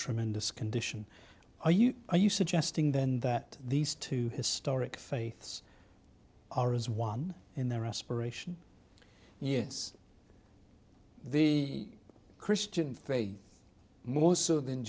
tremendous condition are you are you suggesting then that these two historic faiths are as one in their aspirations yes the christian faith more so than